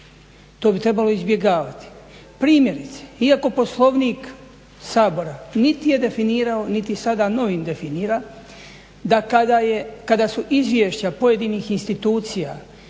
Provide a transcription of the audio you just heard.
To bi trebalo izbjegavati. Primjerice, iako Poslovnik Sabora niti je definirao, niti sada novim definira da kada su izvješća pojedinih institucija